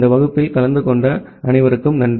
இந்த வகுப்பில் கலந்து கொண்டதற்கு நன்றி